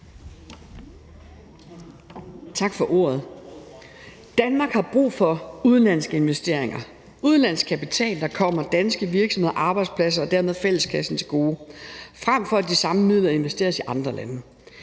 Tak for ordet. Danmark har brug for udenlandske investeringer – udenlandsk kapital, der kommer danske virksomheder og arbejdspladser og dermed fælleskassen til gode, frem for at de samme midler investeres i andre lande.